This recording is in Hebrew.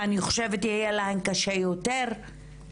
אני חושבת שיהיה להן קשה יותר לבקש